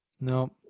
No